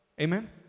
Amen